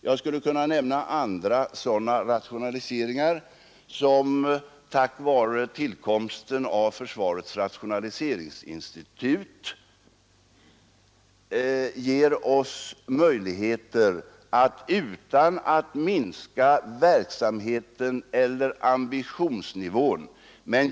Jag skulle kunna nämna andra sådana rationaliseringar, som kunnat göras tack vare tillkomsten av försvarets rationaliseringsinstitut och som kan genomföras utan att vi minskar verksamheten eller ambitionsnivån.